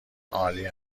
عالی